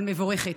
אבל מבורכת.